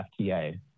FTA